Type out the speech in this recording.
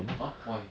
!huh! why